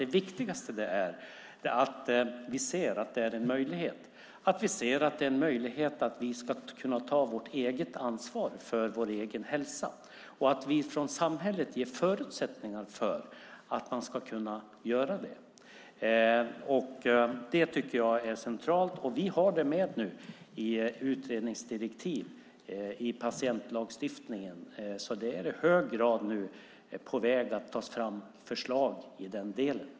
Det viktigaste är att vi ser att det finns en möjlighet för människor att ta ett eget ansvar för sin egen hälsa och att vi från samhället ger förutsättningar för att de ska kunna göra det. Det tycker jag är centralt. Vi har tagit med det i utredningsdirektiven för patientlagstiftningen. Det är nu på gång att tas fram förslag i den delen.